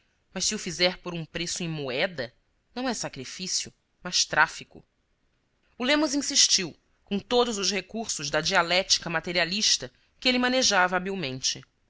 mas se o fizer por um preço em moeda não é sacrifício mas tráfico o lemos insistiu com todos os recursos da dialética materia lista que ele manejava habilmente